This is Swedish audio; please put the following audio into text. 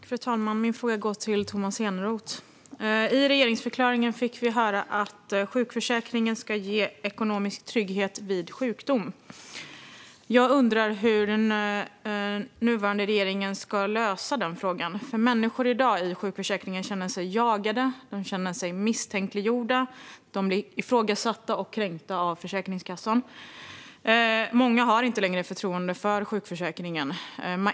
Fru talman! Min fråga går till Tomas Eneroth. I regeringsförklaringen fick vi höra att sjukförsäkringen ska ge ekonomisk trygghet vid sjukdom. Jag undrar hur den nuvarande regeringen ska lösa den frågan. Människor känner sig i dag jagade och misstänkliggjorda när det gäller sjukförsäkringen. De blir ifrågasatta och kränkta av Försäkringskassan. Många har inte längre förtroende för sjukförsäkringen.